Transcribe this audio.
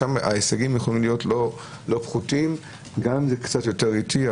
ההישגים יכולים להיות לא פחותים גם אם זה קצת יותר איטי.